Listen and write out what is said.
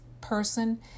person